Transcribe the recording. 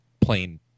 plain